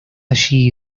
allí